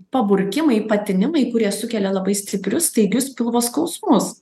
paburkimai patinimai kurie sukelia labai stiprius staigius pilvo skausmus